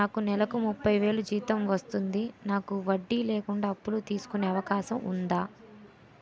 నాకు నేలకు ముప్పై వేలు జీతం వస్తుంది నాకు వడ్డీ లేకుండా అప్పు తీసుకునే అవకాశం ఉందా